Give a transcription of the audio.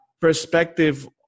perspective